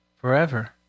forever